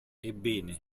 ebbene